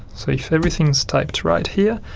so if everything is typed right here,